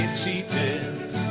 cheaters